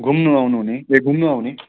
घुम्नु आउनुहुने ए घुम्नु आउने